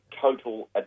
total